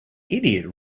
idiot